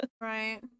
Right